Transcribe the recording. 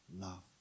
love